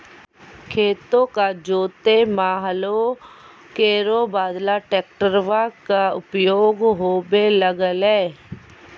खेतो क जोतै म हलो केरो बदला ट्रेक्टरवा कॅ उपयोग होबे लगलै